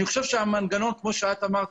אני חושב שהמנגנון כמו שאת אמרת,